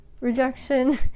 Rejection